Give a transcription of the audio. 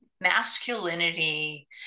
masculinity